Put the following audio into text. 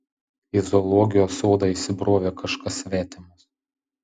į zoologijos sodą įsibrovė kažkas svetimas